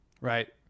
Right